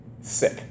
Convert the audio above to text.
sick